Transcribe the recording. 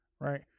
right